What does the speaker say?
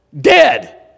dead